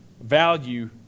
value